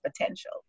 potential